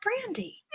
Brandy